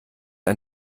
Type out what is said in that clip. ein